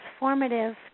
transformative